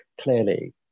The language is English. clearly